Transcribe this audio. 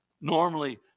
Normally